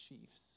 Chiefs